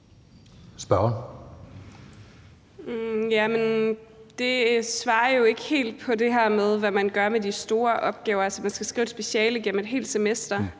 Carøe (SF): Jamen det var jo ikke helt et svar på det her med, hvad man gør med de store opgaver, altså når man skal skrive et speciale gennem et helt semester.